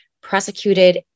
prosecuted